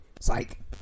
Psych